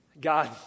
God